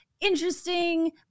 interesting